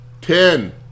ten